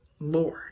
Lord